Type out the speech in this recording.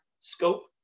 scope